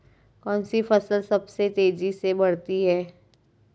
कौनसी फसल सबसे तेज़ी से बढ़ती है?